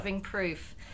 proof